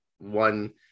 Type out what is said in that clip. one